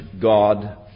God